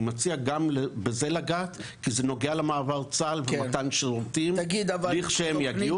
אני מציע לגעת גם בזה כי זה נוגע למעבר צה"ל ומתן שירותים כשהם יגיעו.